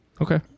Okay